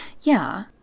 Yeah